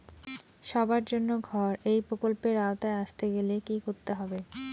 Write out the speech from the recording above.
সবার জন্য ঘর এই প্রকল্পের আওতায় আসতে গেলে কি করতে হবে?